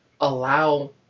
allow